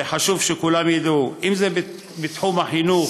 וחשוב שכולם ידעו, אם בתחום החינוך,